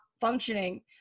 functioning